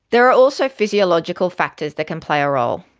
there are also physiological factors that can play a role,